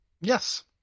Yes